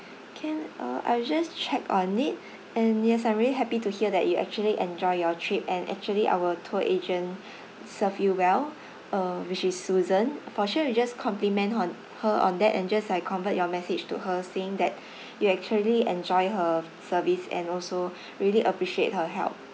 can uh I'll just check on it and yes I'm very happy to hear that you actually enjoy your trip and actually our tour agent serve you well uh which is susan for sure we just compliment on her on that and just like convert your message to her saying that you actually enjoy her service and also really appreciate her help